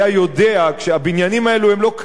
כשהבניינים האלו לא קמו בן לילה,